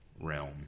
realm